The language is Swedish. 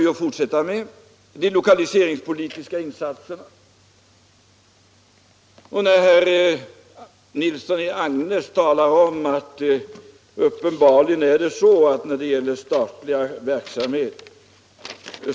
Sådana lokaliserings — m.m. politiska insatser kommer regeringen att fortsätta med. Herr Nilsson i Agnäs tycker uppenbarligen att man inte tänker mycket på Norrland när det gäller statlig verksamhet.